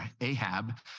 Ahab